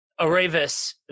Arevis